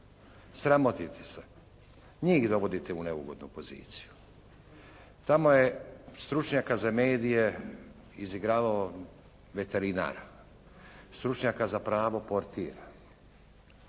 Sramotite se. Njih dovodite u neugodnu situaciju. Tamo je stručnjaka za medije izigravao veterinar. Stručnjaka za pravo portir.